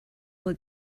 will